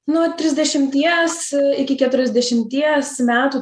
nuo trisdešimties iki keturiasdešimties metų